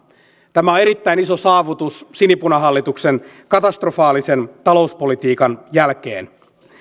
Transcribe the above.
tämä on erittäin iso saavutus sinipunahallituksen katastrofaalisen talouspolitiikan jälkeen